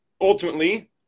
ultimately